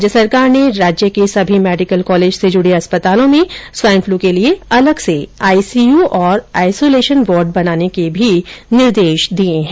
राज्य सरकार ने राज्य के सभी मेडिकल कॉलेजों से जुड़े अस्पतालों में स्वाइनफ्लू के लिए अलग से आईसीयू और आइसोलेशन वार्ड बनाने के निर्देश दिये है